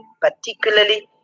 particularly